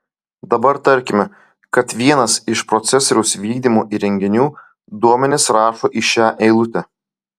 dabar tarkime kad vienas iš procesoriaus vykdymo įrenginių duomenis rašo į šią eilutę